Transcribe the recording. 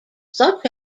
such